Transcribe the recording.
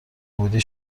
بودی